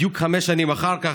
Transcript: בדיוק חמש שנים אחר כך,